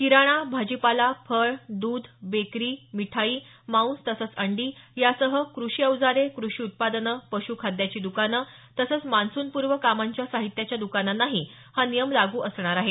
किराणा भाजीपाला फळ द्ध बेकरी मिठाई मांस तसंच अंडी यासह कृषी अवजारे कृषी उत्पादनं पशूखाद्याची दुकानं तसंच मान्सूनपूर्व कामांच्या साहित्याच्या दुकानांनाही हा नियम लागू असणार आहे